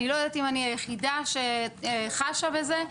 אני לא יודעת אם אני היחידה שחשה בזה,